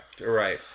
Right